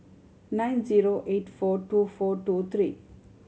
nine zero eight four two four two three